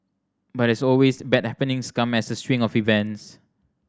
but as always bad happenings come as a string of events